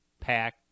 Pack